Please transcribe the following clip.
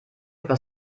über